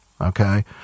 Okay